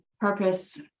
purpose